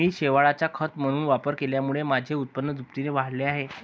मी शेवाळाचा खत म्हणून वापर केल्यामुळे माझे उत्पन्न दुपटीने वाढले आहे